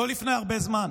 לא לפני הרבה זמן,